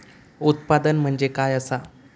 उत्पादन म्हणजे काय असा?